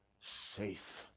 safe